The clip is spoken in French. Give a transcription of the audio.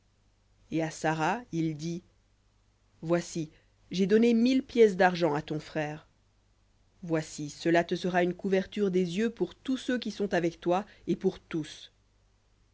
et à sara il dit voici j'ai donné mille d'argent à ton frère voici cela te sera une couverture des yeux pour tous ceux qui sont avec toi et pour tous